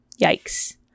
yikes